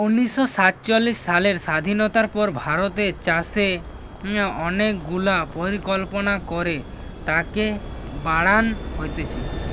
উনিশ শ সাতচল্লিশ সালের স্বাধীনতার পর ভারতের চাষে অনেক গুলা পরিকল্পনা করে তাকে বাড়ান হতিছে